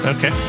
Okay